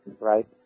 right